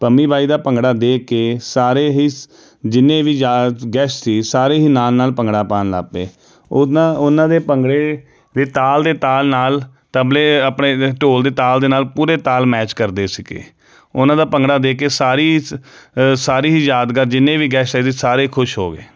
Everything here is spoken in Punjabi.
ਪੰਮੀ ਬਾਈ ਦਾ ਭੰਗੜਾ ਦੇਖ ਕੇ ਸਾਰੇ ਹੀ ਜਿੰਨੇ ਵੀ ਯਾਦ ਗੈਸਟ ਸੀ ਸਾਰੇ ਹੀ ਨਾਲ ਨਾਲ ਭੰਗੜਾ ਪਾਣ ਲੱਗ ਪਏ ਉਹਨਾਂ ਉਹਨਾਂ ਦੇ ਭੰਗੜੇ ਦੇ ਦੇ ਤਾਲ ਦੇ ਤਾਲ ਨਾਲ ਤਬਲੇ ਆਪਣੇ ਦੇ ਢੋਲ ਦੇ ਤਾਲ ਦੇ ਨਾਲ ਪੂਰੇ ਤਾਲ ਮੈਚ ਕਰਦੇ ਸੀਗੇ ਉਹਨਾਂ ਦਾ ਭੰਗੜਾ ਦੇਖ ਕੇ ਸਾਰੀ ਸਾਰੀ ਹੀ ਯਾਦਗਾਰ ਜਿੰਨੇ ਵੀ ਗੈਸਟ ਆਏ ਸੀ ਸਾਰੇ ਖੁਸ਼ ਹੋਗੇ